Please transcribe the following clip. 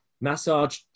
massage